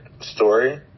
story